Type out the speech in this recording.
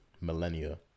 millennia